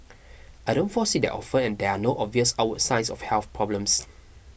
I don't fall sick that often and there are no obvious outward signs of health problems